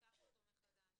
נפתח אותו מחדש.